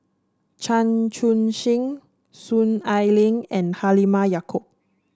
Chan Chun Sing Soon Ai Ling and Halimah Yacob